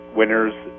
winners